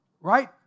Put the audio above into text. right